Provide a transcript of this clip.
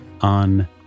on